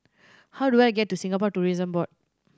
how do I get to Singapore Tourism Board